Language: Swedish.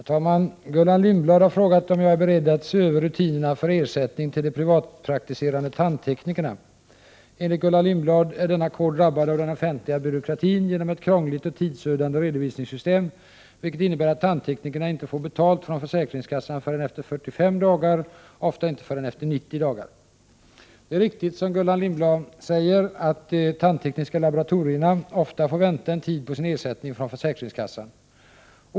Herr talman! Gullan Lindblad har frågat om jag är beredd att se över rutinerna för ersättning till de privatpraktiserande tandteknikerna. Enligt Gullan Lindblad är denna kår drabbad av den offentliga byråkratin genom ett krångligt och tidsödande redovisningssystem, vilket innebär att tandteknikerna inte får betalt från försäkringskassan förrän efter 45 dagar, ofta inte förrän efter 90 dagar. Det är riktigt, som Gullan Lindblad säger, att de tandtekniska laboratorierna ofta får vänta en tid på sin ersättning från försäkringskassan.